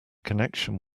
connection